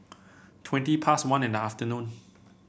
twenty past one in the afternoon